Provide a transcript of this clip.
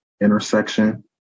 intersection